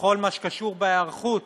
בכל מה שקשור להיערכות